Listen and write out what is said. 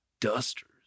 Dusters